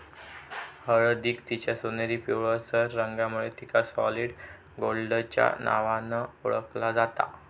हळदीक तिच्या सोनेरी पिवळसर रंगामुळे तिका सॉलिड गोल्डच्या नावान ओळखला जाता